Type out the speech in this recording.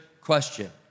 question